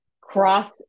cross